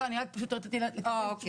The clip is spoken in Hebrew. לא, אני רק פשוט רציתי לקבל תשובה.